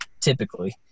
typically